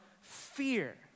fear